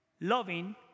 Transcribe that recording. loving